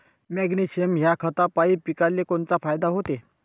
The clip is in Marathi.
मॅग्नेशयम ह्या खतापायी पिकाले कोनचा फायदा होते?